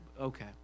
Okay